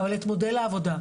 אבל את מודל העבודה,